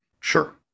Sure